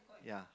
ya